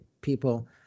people